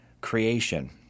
creation